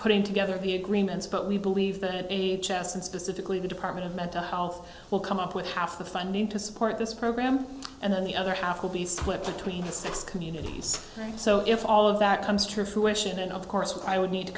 putting together the agreements but we believe that h s and specifically the department of mental health will come up with half the fine need to support this program and then the other half will be split between the six communities so if all of that comes to fruition and of course i would need to